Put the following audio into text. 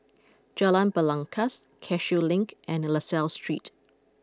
Jalan Belangkas Cashew Link and La Salle Street